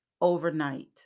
overnight